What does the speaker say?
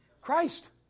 Christ